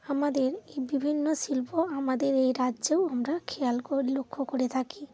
আমাদের এই বিভিন্ন শিল্প আমাদের এই রাজ্যেও আমরা খেয়াল করে লক্ষ করে থাকি